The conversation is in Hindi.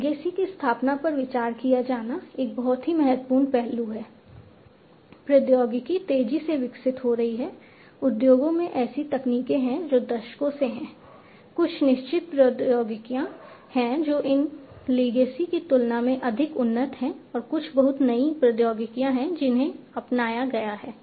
लीगेसी की तुलना में अधिक उन्नत हैं और कुछ बहुत नई प्रौद्योगिकियाँ हैं जिन्हें अपनाया गया है